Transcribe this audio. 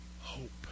hope